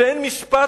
כשאין משפט,